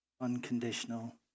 unconditional